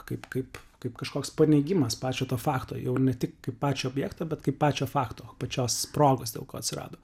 kaip kaip kaip kažkoks paneigimas pačią to fakto jau ne tik kaip pačio objekto bet kaip pačio fakto pačios progos dėl ko atsirado